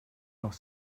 noch